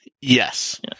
Yes